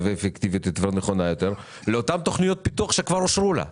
אפקטיבית ונכונה יותר לאותן תוכניות פיתוח שכבר אושרו לה.